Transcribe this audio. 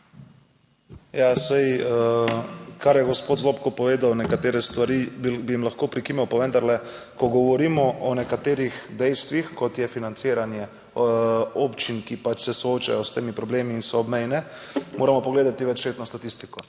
Ja, saj kar je gospod Zlobko povedal, nekatere stvari bi jim lahko prikimal, pa vendarle, ko govorimo o nekaterih dejstvih kot je financiranje občin, ki pač se soočajo s temi problemi in so obmejne moramo pogledati večletno statistiko.